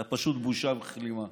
אתה פשוט בושה וכלימה.